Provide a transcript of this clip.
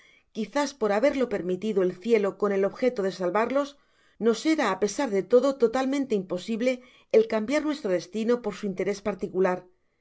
quizás por haberlo permitido el cielo con el objeto de salvarlos nos era á pesar de todo totalmente imposible el cambiar nuestro destino por su interés particular